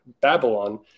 Babylon